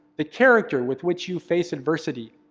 the character with which you face adversity